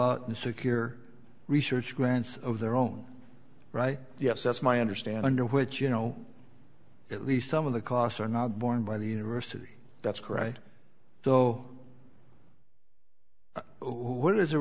out and secure research grants of their own right yes that's my understanding which you know at least some of the costs are not borne by the university that's correct though what is a